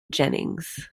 jennings